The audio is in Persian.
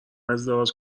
ازدواج